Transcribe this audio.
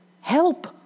Help